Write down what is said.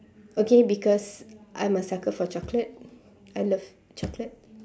okay because I am a sucker for chocolate I love chocolate